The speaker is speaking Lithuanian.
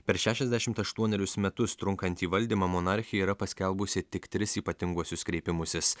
per šešiasdešimt aštuonerius metus trunkantį valdymą monarchė yra paskelbusi tik tris ypatinguosius kreipimusis